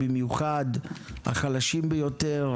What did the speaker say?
במיוחד החלשים ביותר,